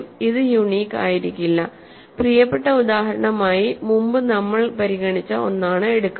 ഇത് യുണീക് ആയിരിക്കില്ല പ്രിയപ്പെട്ട ഉദാഹരണമായി മുമ്പ് നമ്മൾ പരിഗണിച്ച ഒന്നാണ് എടുക്കുന്നത്